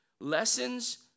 lessons